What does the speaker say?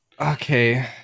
Okay